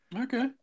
Okay